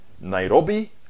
Nairobi